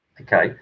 Okay